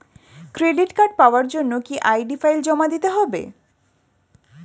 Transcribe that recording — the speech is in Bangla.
ক্রেডিট কার্ড পাওয়ার জন্য কি আই.ডি ফাইল জমা দিতে হবে?